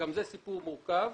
גם זה סיפור מורכב,